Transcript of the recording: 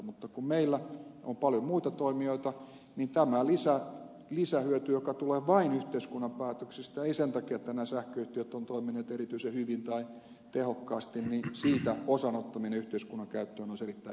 mutta kun meillä on paljon muita toimijoita tästä lisähyödystä joka tulee vain yhteiskunnan päätöksistä ei sen takia että nämä sähköyhtiöt ovat toimineet erityisen hyvin tai tehokkaasti osan ottaminen yhteiskunnan käyttöön olisi erittäin järkevää